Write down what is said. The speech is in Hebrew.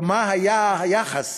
או מה היה היחס